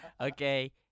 okay